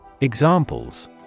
Examples